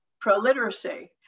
pro-literacy